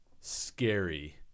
scary